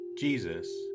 Jesus